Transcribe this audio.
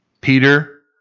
Peter